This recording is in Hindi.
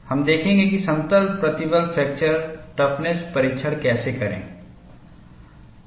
हम देखेंगे कि समतल प्रतिबल फ्रैक्चर टफनेस परीक्षण कैसे करें